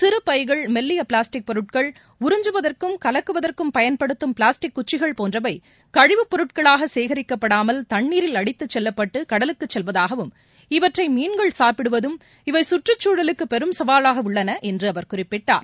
சிறுபைகள் மெல்லியபிளாஸ்டிக் பொருட்கள் உறிஞ்சுவதற்கும் கலக்குவதற்கும் பயன்படுத்தும் பிளாஸ்டிக் குச்சிகள் போன்றவைகழிவுப்பொருட்களாகசேகரிக்கப்படாமல் தண்ணீரில் அடித்துச்செல்லப்பட்டு கடலுக்குசெல்வதாகவும் இவற்றைமீன்கள் சாப்பிடுவதும் சுற்றச்சூழலுக்குபெரும் சவாலாகஉள்ளனஎன்றுஅவர் குறிப்பிட்டார்